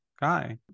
guy